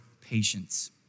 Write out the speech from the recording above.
patience